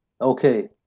Okay